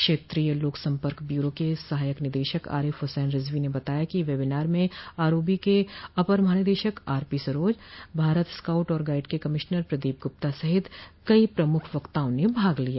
क्षेत्रीय लोक सम्पर्क ब्यूरो के सहायक निदेशक आरिफ हुसैन रिजवी ने बताया कि वेबिनार में आरोबी के अपर महानिदेशक आरपी सरोज भारत स्काऊट और गाइड के कमिश्नर प्रदीप गुप्ता सहित कई प्रमुख वक्ताओं ने भाग लिया